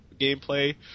gameplay